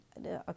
okay